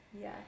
Yes